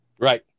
Right